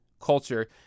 culture